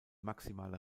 maximale